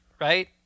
right